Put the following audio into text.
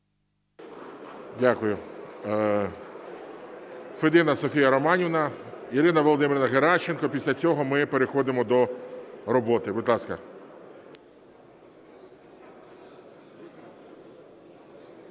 Дякую. Федина Софія Романівна. Ірина Володимирівна Геращенко. Після цього ми переходимо до роботи. Будь ласка.